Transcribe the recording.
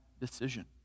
decision